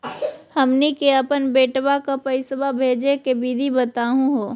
हमनी के अपन बेटवा क पैसवा भेजै के विधि बताहु हो?